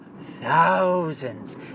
thousands